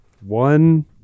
One